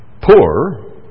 Poor